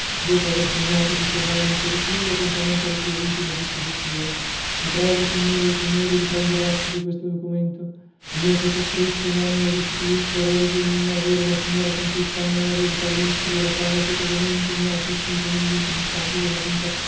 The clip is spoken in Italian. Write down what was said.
dopo aver segnato di sua mano un codicillo contenente le sue ultime disposizioni vi prego signore e signori di prendere atto di questo documento io sottoscritto nomino ed istituisco erede di ogni mio avere la signora contessa anna maria di karolystria la quale pietosamente mi ha assistito negli ultimi istanti della vita